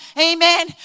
Amen